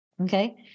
Okay